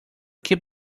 keep